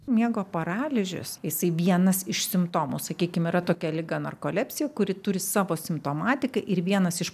miego paralyžius jisai vienas iš simptomų sakykim yra tokia liga narkolepsija kuri turi savo simptomatiką ir vienas iš